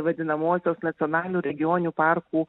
vadinamosios nacionalinių regioninių parkų